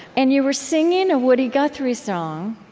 and you were singing a woody guthrie song